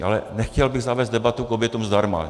Ale nechtěl bych zavést debatu k obědům zdarma.